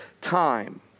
time